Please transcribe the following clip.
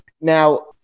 now